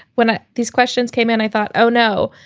when ah these questions came in, i thought, oh, no,